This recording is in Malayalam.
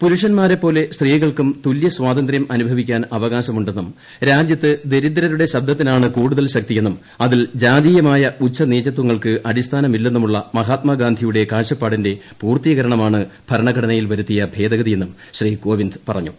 പുരുഷൻമാരെപോലെ സ്ത്രീകൾക്കും തുലൃസ്വാതന്ത്രൃം അനുഭവിക്കാൻ അവകാശമുടെ ന്നും രാജൃത്ത് ദരിദ്രരുടെ ശബ്ദത്തിനാണ് കൂടുതൽ ശക്തിയെന്നും അതിൽ അടിസ്ഥാനമില്ലെന്നുമുളള മഹാത്മാഗാന്ധിയുടെ കാഴ്ചപ്പാടിന്റെ പൂർത്തീകരണമാണ് ഭരണഘടനയിൽ വരുത്തിയ ഭേദഗതിയെന്നും ശ്രീ കോവിന്ദ് പറഞ്ഞു